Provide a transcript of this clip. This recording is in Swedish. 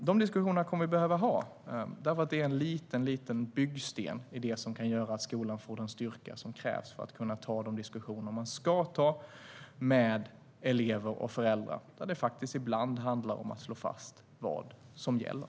Dessa diskussioner kommer vi att behöva ha, för det är en liten byggsten i vad som kan göra att skolan får den styrka som krävs för att kunna ta diskussioner med elever och föräldrar, där det ibland handlar om att faktiskt slå fast vad som gäller.